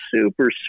super